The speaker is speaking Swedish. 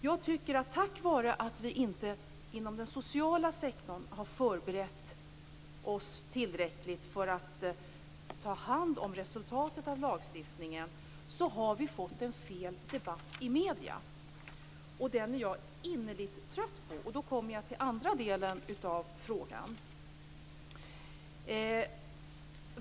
Just på grund av att vi inom den sociala sektorn inte har förberett oss tillräckligt för att ta hand om resultatet av lagstiftningen har vi, tycker jag, fått en felaktig debatt i medierna. Denna är innerligt trött på. Jag kommer därmed till andra delen av frågan.